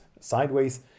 sideways